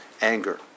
anger